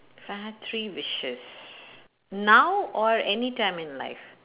I had three wishes now or anytime in life